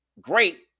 great